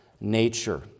nature